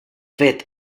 fet